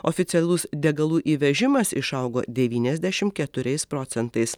oficialus degalų įvežimas išaugo devyniasdešim keturiais procentais